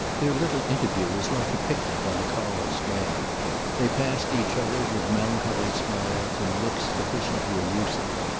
their little interview was like a picnic on a coral strand they passed each other, with melancholy smiles and looks sufficiently allusive,